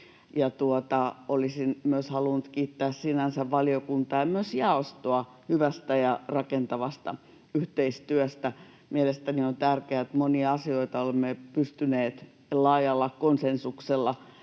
olisin myös halunnut kiittää sinänsä valiokuntaa ja myös jaostoa hyvästä ja rakentavasta yhteistyöstä. Mielestäni on tärkeää, että monia asioita olemme pystyneet laajalla konsensuksella